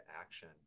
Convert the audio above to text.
action